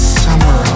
summer